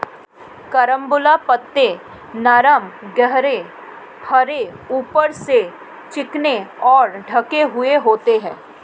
carambola पत्ते नरम गहरे हरे ऊपर से चिकने और ढके हुए होते हैं